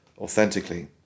authentically